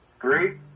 Three